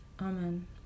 Amen